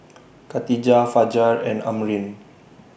Katijah Fajar and Amrin